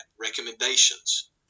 Recommendations